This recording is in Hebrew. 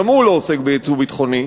וגם הוא לא עוסק ביצוא ביטחוני,